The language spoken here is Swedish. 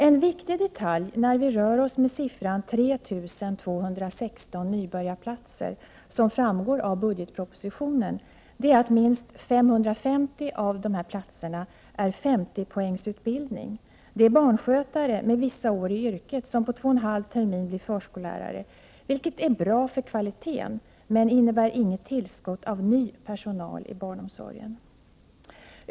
En viktig detalj när vi rör oss med siffran 3 216 nybörjarplatser, vilken framgår av budgetpropositionen, är att minst 550 av dessa är 50-poängsutbildning. Det är barnskötare med vissa år i yrket som på två och en halv terminer blir förskollärare. Detta är bra för kvaliteten, men det innebär inget tillskott av ny personal i barnomsorgen.